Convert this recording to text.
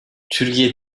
türkiye